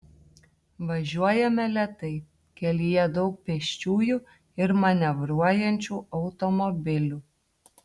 važiuojame lėtai kelyje daug pėsčiųjų ir manevruojančių automobilių